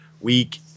week